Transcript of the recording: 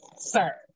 sir